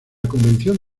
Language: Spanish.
convención